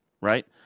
right